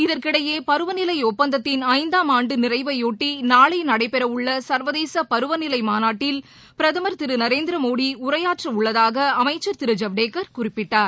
இதற்கிடையே பருவநிலைஒப்பந்தத்தின் ஐந்தாம் ஆண்டுநிறைவை ஒட்டுநாளைநடைபெறவுள்ளசர்வதேசபருவநிலைமாநாட்டில் பிரதமர் திருநரேந்திரமோடிநாளைஉரையாற்றவுள்ளதாகஅமைச்சர் திரு ஜவ்டேக்கர் குறிப்பிட்டார்